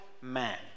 man